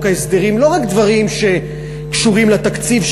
ההסדרים לא רק דברים שקשורים לתקציב,